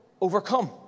overcome